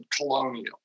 colonial